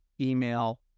email